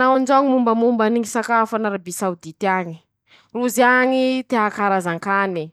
Manao anizao ñy mombamombany ñy sakafo an'arabie saôdity añy: -Rozy añy tia karazan-kane